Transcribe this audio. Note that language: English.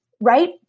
right